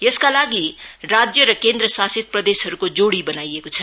यसका लागि राज्य र केन्द्र शासित प्रदेशहरूको जोड़ी बनाइएको छ